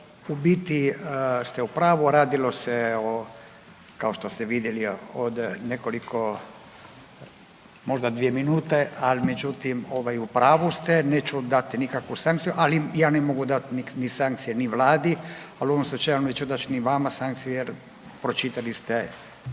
U biti ste u pravu. Radilo se kao što ste vidjeli od nekoliko možda dvije minute, ali međutim u pravu ste. Neću dati nikakvu sankciju, ali ja ne mogu dati sankcije ni Vladi. Ali u ovom slučaju neću dati ni vama sankcije jer pročitali ste